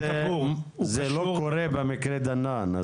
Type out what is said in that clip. זה לא קורה במקרה דנן.